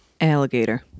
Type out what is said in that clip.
Alligator